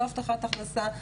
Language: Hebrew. לא הבטחת הכנסה,